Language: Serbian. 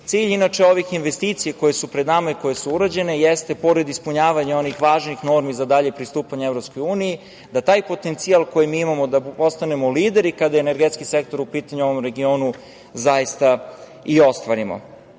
ovih investicija koje su pred nama i koje su urađene jeste, pored ispunjavanja onih važnih normi za dalje pristupanje Evropskoj uniji, da taj potencijal koji mi imamo da postanemo lideri, kada je energetski sektor u pitanju u ovom regionu, zaista i ostvarimo. Inače,